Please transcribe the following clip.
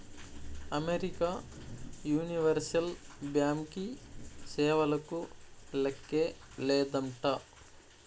America universal బ్యాంకీ సేవలకు లేక్కే లేదంట